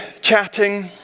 chatting